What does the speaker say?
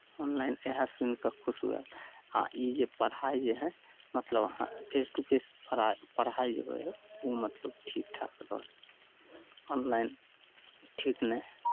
online इएह सुनि कऽ खुश भेल आ ई जे पढ़ाइ जे हइ मतलब हँ फेस टू फेस पर् पढ़ाइ जे होइ हइ ओ मतलब ठीक ठाक रहै हइ ऑनलाइन ठीक नहि हइ